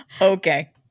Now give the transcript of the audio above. Okay